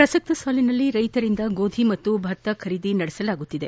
ಪ್ರಸಕ್ತ ಸಾಲಿನಲ್ಲಿ ರೈತರಿಂದ ಗೋಧಿ ಮತ್ತು ಭತ್ತ ಖರೀದಿ ನಡೆಸಲಾಗುತ್ತಿದೆ